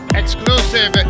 exclusive